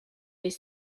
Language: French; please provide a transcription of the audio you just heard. les